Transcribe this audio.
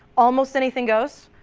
almost anything goes,